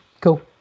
Cool